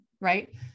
right